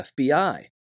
FBI